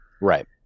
Right